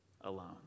alone